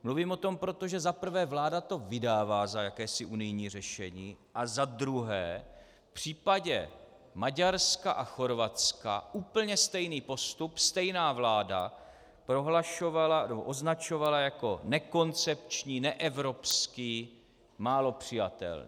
Mluvím o tom proto, že za prvé vláda to vydává za jakési unijní řešení a za druhé v případě Maďarska a Chorvatska úplně stejný postup stejná vláda prohlašovala nebo označovala jako nekoncepční, neevropský, málo přijatelný.